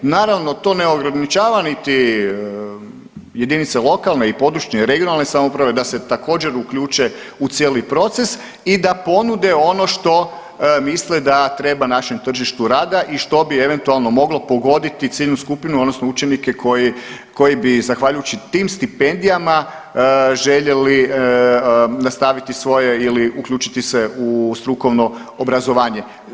Naravno to ne ograničava niti jedinice lokalne i područne, regionalne samouprave da se također uključe u cijeli proces i da ponude ono što misle da treba našem tržištu rada i što bi eventualno moglo pogoditi ciljnu skupinu, odnosno učenike koji bi zahvaljujući tim stipendijama željeli nastaviti svoje ili uključiti se u strukovno obrazovanje.